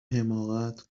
حماقت